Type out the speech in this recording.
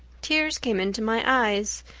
tears came into my eyes,